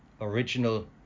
original